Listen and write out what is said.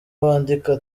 bandika